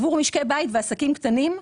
עבור משקי בית ועסקים קטנים,